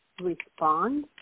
respond